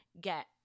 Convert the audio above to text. get –